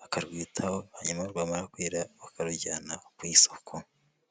bakarwitaho hanyuma rwamara kwera bakarujyana ku isoko.